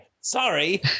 Sorry